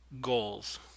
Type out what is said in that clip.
goals